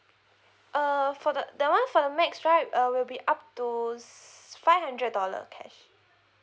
err for the that one for the max right uh will be up to five hundred dollar cash